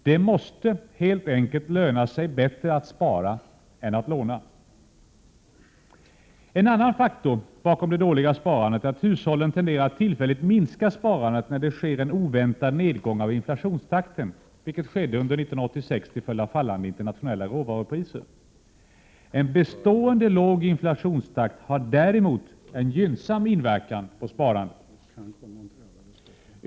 Det måste helt enkelt löna sig bättre att spara än att låna. En annan faktor bakom det dåliga sparandet är att hushållen tenderar att tillfälligt minska sparandet när det sker en oväntad nedgång i inflationstakten, vilket skedde under 1986 till följd av fallande internationella råvarupriser. En bestående låg inflationstakt har däremot en gynnsam inverkan på sparandet.